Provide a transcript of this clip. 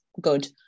good